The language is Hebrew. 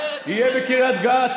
יהיה בקריית גת,